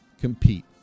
compete